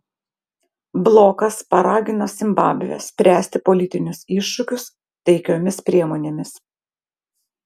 blokas paragino zimbabvę spręsti politinius iššūkius taikiomis priemonėmis